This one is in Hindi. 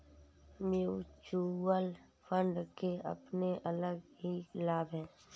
म्यूच्यूअल फण्ड के अपने अलग ही लाभ हैं